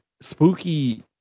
spooky